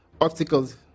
obstacles